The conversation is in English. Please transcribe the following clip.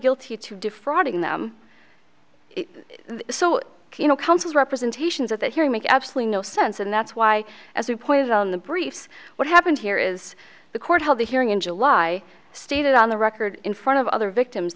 guilty to defrauding them so you know council representations at the hearing make absolutely no sense and that's why as you pointed out in the briefs what happened here is the court held a hearing in july stated on the record in front of other victims